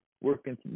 working